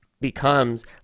becomes